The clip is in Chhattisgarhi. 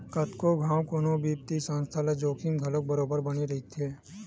कतको घांव कोनो बित्तीय संस्था ल जोखिम घलो बरोबर बने रहिथे